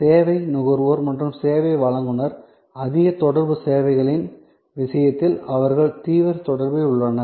சேவை நுகர்வோர் மற்றும் சேவை வழங்குநர் அதிக தொடர்பு சேவைகளின் விஷயத்தில் அவர்கள் தீவிர தொடர்பில் உள்ளனர்